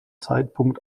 zeitpunkt